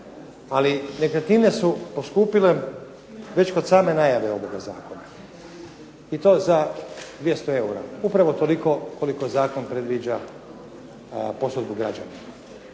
ali nekretnine su poskupile već kod same najave ovoga zakona i to za 200 eura, upravo toliko koliko zakon predviđa posudbu građanima.